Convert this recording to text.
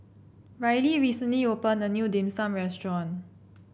Ryley recently opened a new Dim Sum Restaurant